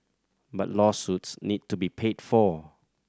but lawsuits need to be paid for